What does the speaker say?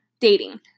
dating